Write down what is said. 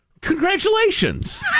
Congratulations